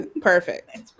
perfect